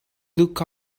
look